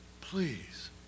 please